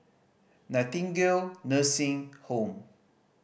Nightingale Nursing Home